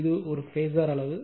இது ஒரு பேஸர் அளவு